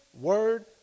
word